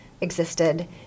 existed